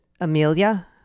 Amelia